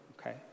okay